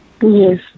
Yes